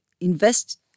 invest